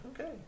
Okay